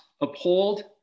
uphold